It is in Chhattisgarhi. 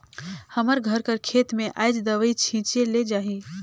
हमर घर कर खेत में आएज दवई छींचे ले जाही